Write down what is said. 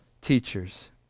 teachers